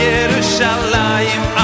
Yerushalayim